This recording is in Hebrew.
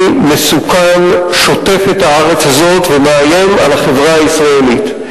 ומסוכן שוטף את הארץ הזאת ומאיים על החברה הישראלית.